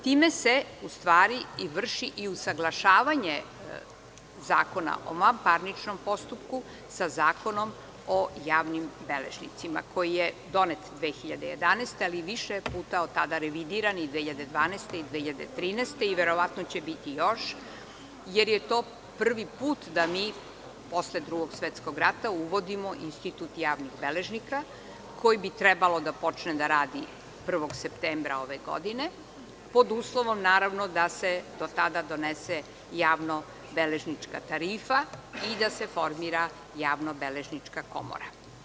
Time se u stvari i vrši usaglašavanje Zakona o vanparničnom postupku sa Zakonom o javnim beležnicima, koji je donet 2011. godine, ali je više puta od tada revidiran, i 2012. i 2013. godine, a verovatno će biti još, jer je to prvi put da mi posle Drugog svetskog rata uvodimo institut javnih beležnika koji bi trebao da počne da radi 1. septembra ove godine, pod uslovom, naravno, da se do tada donese javno-beležnička tarifa i da se formira javno-beležnička komora.